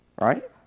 right